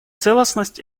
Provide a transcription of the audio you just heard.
целостность